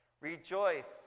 Rejoice